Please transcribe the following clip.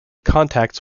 contacts